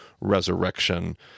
resurrection